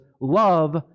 love